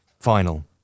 final